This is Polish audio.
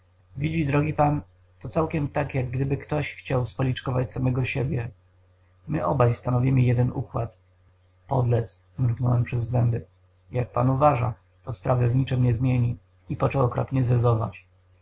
widzi drogi pan to całkiem tak jak gdyby ktoś chciał spoliczkować samego siebie my obaj stanowimy jeden układ podlec mruknąłem przez zęby jak pan uważa to sprawy w niczem nie zmieni i począł okropnie